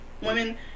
women